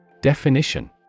Definition